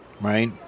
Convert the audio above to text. right